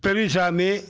Periyasamy